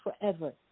forever